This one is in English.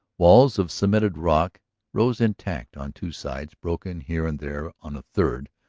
walls of cemented rock rose intact on two sides, broken here and there on a third,